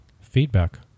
feedback